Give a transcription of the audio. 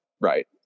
right